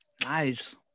Nice